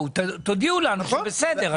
או שאפילו לא תבואו, תודיעו לנו שזה בסדר.